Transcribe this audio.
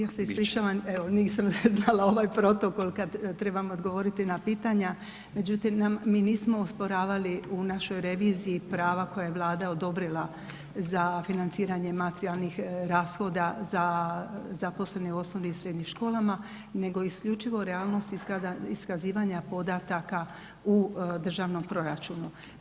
Ja se ispričavam, evo nisam znala ovaj protokol kad trebam odgovoriti na pitanja međutim mi nismo osporavali u našoj reviziji prava koja je Vlada odobrila za financiranje materijalnih rashoda za zaposlene u osnovnim i srednjim školama nego isključivo realnost iskazivanja podataka u državnom proračunu.